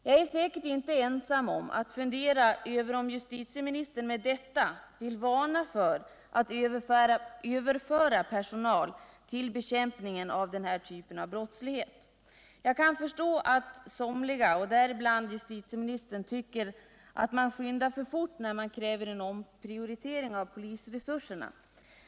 Jag är säkert inte ensam om att fundera över om justitieministern med detta vill varna för att överföra personal till bekämpningen av den här typen av brottslighet. Jag kan förstå att somliga — däribland justitieministern — tycker att man skyndar för fort när man kräver en omprioritering av polisresurserna.